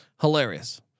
Hilarious